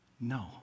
No